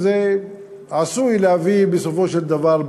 וזה עשוי להביא בסופו של דבר,